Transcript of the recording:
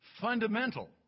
fundamental